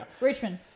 Richmond